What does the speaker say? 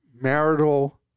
marital